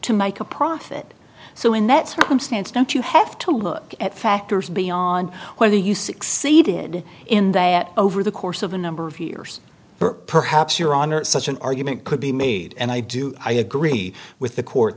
to make a profit so in that circumstance don't you have to look at factors beyond whether you succeeded in that over the course of a number of years or perhaps your honor such an argument could be made and i do i agree with the court